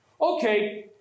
Okay